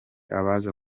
abaza